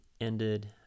ended